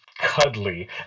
cuddly